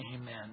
Amen